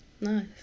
nice